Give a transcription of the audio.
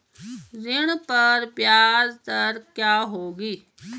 ऋण पर ब्याज दर क्या होगी?